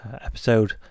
episode